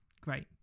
great